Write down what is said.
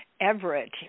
Everett